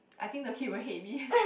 I think the kid will hate me